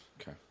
okay